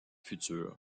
future